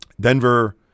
Denver